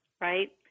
right